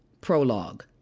Prologue